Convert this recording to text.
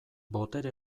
botere